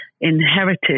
inherited